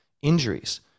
Injuries